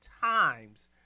times